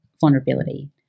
vulnerability